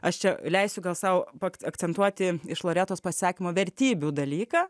aš čia leisiu gal sau pa akcentuoti iš loretos pasisakymo vertybių dalyką